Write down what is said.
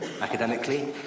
academically